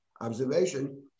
observation